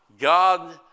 God